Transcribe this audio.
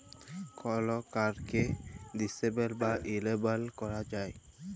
call কাড়কে disable বা enable ক্যরা যায়